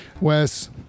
Wes